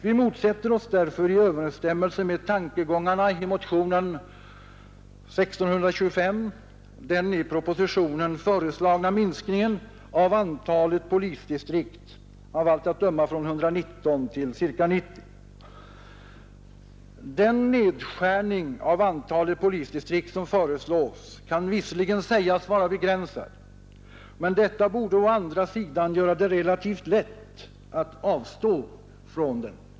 Vi motsätter oss därför och i överensstämmelse med tankegångarna i motionen 1625 den i propositionen föreslagna minskningen av antalet polisdistrikt, av allt att döma från 119 till ca 90. Den nedskärning av antalet polisdistrikt som föreslås kan visserligen sägas vara begränsad. Men detta borde å andra sidan göra det relativt lätt att avstå från den.